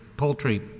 poultry